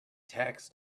tax